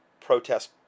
protest